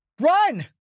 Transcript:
Run